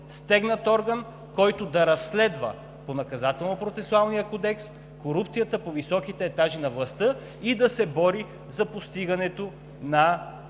стегнат орган, който да разследва по Наказателно-процесуалния кодекс корупцията по високите етажи на властта и да се бори за постигането на